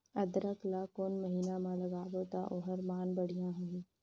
अदरक ला कोन महीना मा लगाबो ता ओहार मान बेडिया होही?